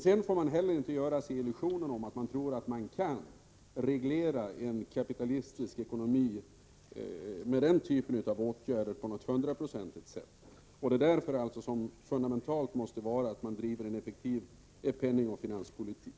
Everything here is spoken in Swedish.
Man får dock inte hänge sig åt illusionen att man hundraprocentigt kan reglera en kapitalistisk ekonomi med den typen av åtgärder. Det fundamentala måste vara att driva en effektiv penningoch finanspolitik.